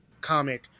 comic